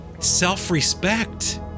Self-respect